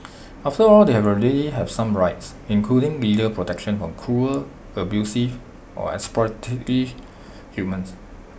after all they have already have some rights including legal protection from cruel abusive or exploitative humans